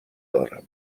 دارم